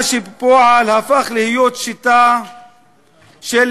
מה שבפועל הפך להיות שיטה של